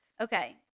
Okay